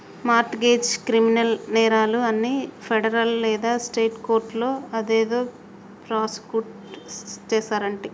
mart గెజ్, criminal నేరాలు అన్ని ఫెడరల్ లేదా స్టేట్ కోర్టులో అదేదో ప్రాసుకుట్ చేస్తారంటి